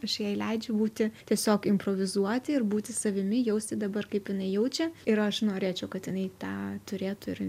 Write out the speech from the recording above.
aš jai leidžiu būti tiesiog improvizuoti ir būti savimi jausti dabar kaip jinai jaučia ir aš norėčiau kad jinai tą turėtų ir